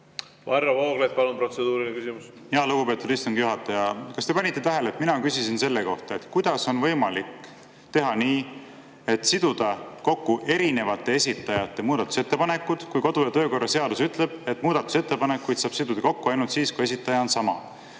Varro Vooglaid, palun, protseduuriline küsimus! Lugupeetud istungi juhataja! Kas te panite tähele, et mina küsisin selle kohta, kuidas on võimalik kokku siduda erinevate esitajate muudatusettepanekud, kui kodu‑ ja töökorra seadus ütleb, et muudatusettepanekuid saab kokku siduda ainult siis, kui esitaja on sama?